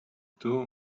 two